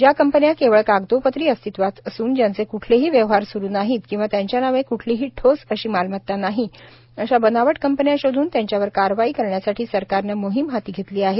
ज्या कंपन्या केवळ कागदोपत्री अस्तित्वात असून ज्यांचे क्ठलेही व्यवहार स्रू नाहीत किंवा त्यांच्या नावे क्ठलीही ठोस अशी मालमत्ता नाही अशा बनावट कंपन्या शोधून त्यांच्यावर कारवाई करण्यासाठी सरकारनं मोहीम हाती घेतली आहे